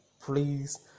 please